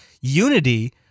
Unity